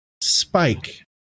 Spike